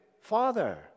father